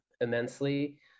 immensely